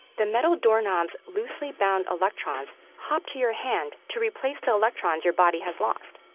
the metal door knob's loosely bound electrons hop to your hand to replace the electrons your body has lost.